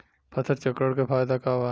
फसल चक्रण के फायदा का बा?